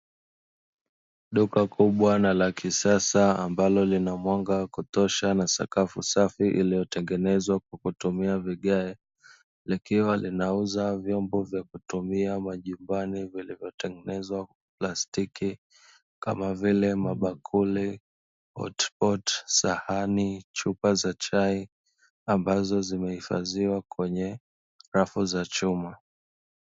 Duka kubwa na la kisasa ambalo lina mwanga wa kutosha na sakafu safi iliyotengenezwa kwa kutumia vigae, likiwa linauza vyombo vya kutumia majumbani vilivyo tengenezwa kwa plastiki kama vile mabakuli, hotipoti, sahani ,chupa za chai ambazo zimehifadhiwa kwenye rafu za chuma.